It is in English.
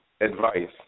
advice